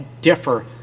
differ